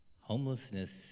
Homelessness